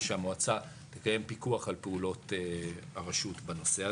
ושהמועצה תקיים פיקוח על פעולות הרשות בנושא הזה.